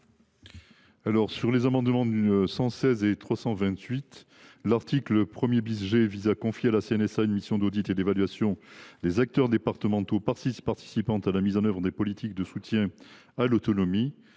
n° 359 est rédactionnel. L’article 1 G vise à confier à la CNSA une mission d’audit et d’évaluation des acteurs départementaux participant à la mise en œuvre des politiques de soutien à l’autonomie.